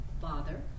Father